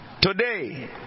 today